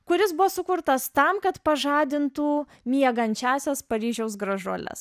kuris buvo sukurtas tam kad pažadintų miegančiąsias paryžiaus gražuoles